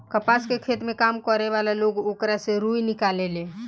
कपास के खेत में काम करे वाला लोग ओकरा से रुई निकालेले